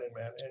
man